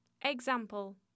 Example